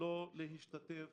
לא להשתתף